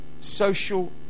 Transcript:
social